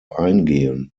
eingehen